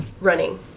running